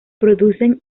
producen